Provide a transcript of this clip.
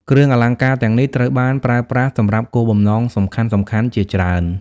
គ្រឿងអលង្ការទាំងនេះត្រូវបានប្រើប្រាស់សម្រាប់គោលបំណងសំខាន់ៗជាច្រើន។